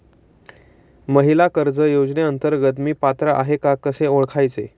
महिला कर्ज योजनेअंतर्गत मी पात्र आहे का कसे ओळखायचे?